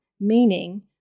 meaning